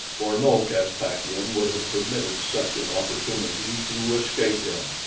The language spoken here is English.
for no caspakian would have permitted such an opportunity to escape him.